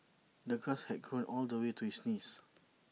the grass had grown all the way to his knees